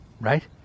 Right